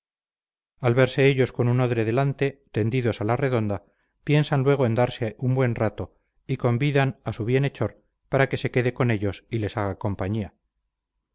al verse ellos con un odre delante tendidos a la redonda piensan luego en darse un buen rato y convidan a su bienhechor para que se quede con ellos y les haga compañía